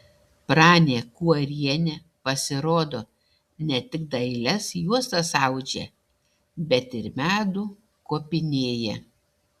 pranė kuorienė pasirodo ne tik dailias juostas audžia bet ir medų kopinėja